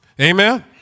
Amen